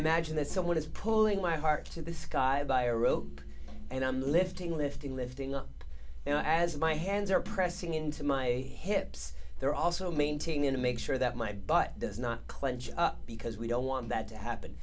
imagine that someone is pulling my heart to the sky by a rope and i'm lifting lifting lifting up you know as my hands are pressing into my hips they're also maintaining to make sure that my butt does not clench up because we don't want that to happen